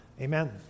Amen